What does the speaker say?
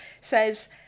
says